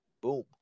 boom